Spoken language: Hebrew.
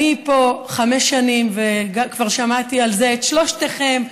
אני פה חמש שנים וכבר שמעתי על זה את שלושתכם.